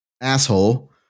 asshole